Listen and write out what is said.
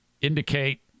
indicate